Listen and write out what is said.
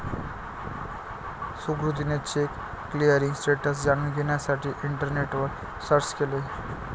सुकृतीने check clearing status जाणून घेण्यासाठी इंटरनेटवर सर्च केले